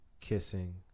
Kissing